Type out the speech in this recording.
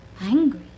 Angry